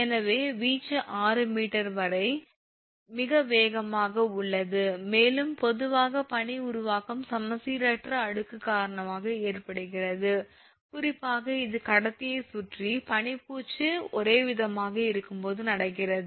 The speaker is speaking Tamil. எனவே வீச்சு 6 மீட்டர் வரை மிக அதிகமாக உள்ளது மேலும் பொதுவாக பனி உருவாக்கம் சமச்சீரற்ற அடுக்கு காரணமாக ஏற்படுகிறது குறிப்பாக இது கடத்தியைச் சுற்றி பனி பூச்சு ஒரேவிதமாக இருக்கும்போது நடக்கிறது